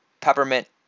peppermint